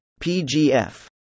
PGF